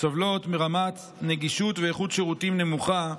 סובלות מרמת נגישות ואיכות שירותים נמוכה,